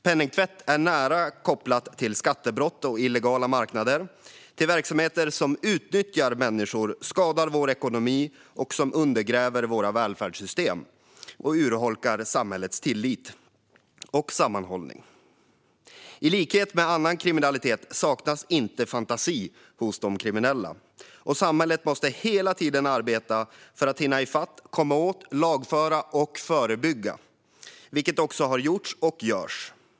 Penningtvätt är nära kopplad till skattebrott, till illegala marknader och till verksamheter som utnyttjar människor, skadar vår ekonomi, undergräver våra välfärdssystem och urholkar samhällets tillit och sammanhållning. I likhet med annan kriminalitet saknas inte fantasi hos de kriminella. Samhället måste hela tiden arbeta för att hinna i fatt, komma åt, lagföra och förebygga, vilket också har gjorts och görs.